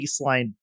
baseline